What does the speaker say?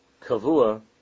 Kavua